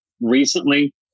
recently